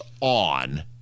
on